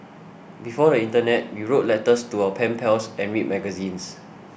before the internet we wrote letters to our pen pals and read magazines